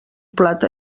plat